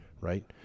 Right